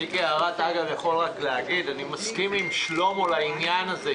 אני רוצה לומר בהערת אגב שאני מסכים עם חבר הכנסת קרעי לעניין הזה,